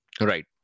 Right